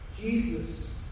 Jesus